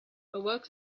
awoke